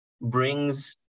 brings